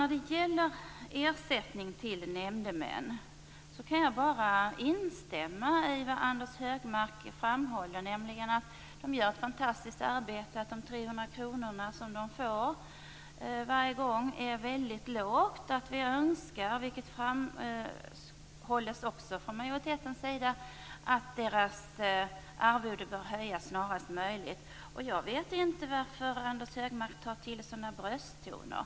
När det gäller ersättning till nämndemän kan jag bara instämma i vad Anders G Högmark framhåller, nämligen att nämndemännen gör ett fantastiskt arbete och att de 300 kr som de får varje gång är ett väldigt lågt belopp. Centerpartiet önskar - och det framhålls också från majoritetens sida - att arvodet bör höjas snarast möjligt. Jag vet inte varför Anders G Högmark tar till sådana brösttoner.